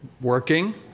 working